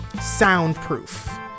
soundproof